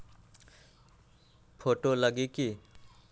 Photo लगी कि?